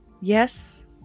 yes